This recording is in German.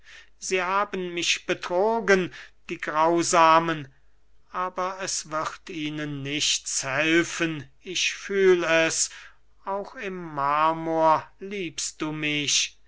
sie haben mich betrogen die grausamen aber es wird ihnen nichts helfen ich fühl es auch im marmor liebst du mich